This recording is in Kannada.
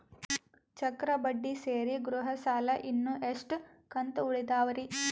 ಚಕ್ರ ಬಡ್ಡಿ ಸೇರಿ ಗೃಹ ಸಾಲ ಇನ್ನು ಎಷ್ಟ ಕಂತ ಉಳಿದಾವರಿ?